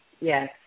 Yes